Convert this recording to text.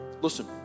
Listen